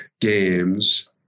games